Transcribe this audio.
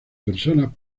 personas